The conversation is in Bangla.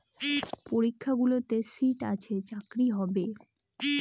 পরীক্ষাগুলোতে সিট আছে চাকরি হবে